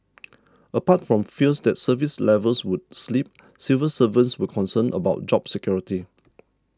apart from fears that service levels would slip civil servants were concerned about job security